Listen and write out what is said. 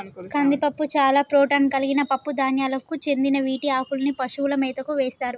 కందిపప్పు చాలా ప్రోటాన్ కలిగిన పప్పు ధాన్యాలకు చెందిన వీటి ఆకుల్ని పశువుల మేతకు వేస్తారు